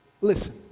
Listen